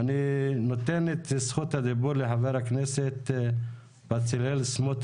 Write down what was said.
אחר כך מקבלים חשמל,